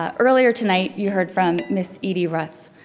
um earlier tonight you heard from ms. eddie ruts.